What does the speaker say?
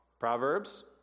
Proverbs